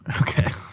Okay